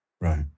Right